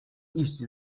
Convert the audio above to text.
iść